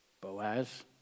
Boaz